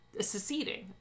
seceding